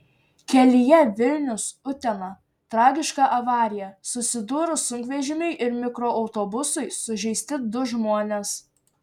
kelyje vilnius utena tragiška avarija susidūrus sunkvežimiui ir mikroautobusui sužeisti du žmonės